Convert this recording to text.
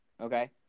Okay